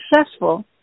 successful